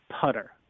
putter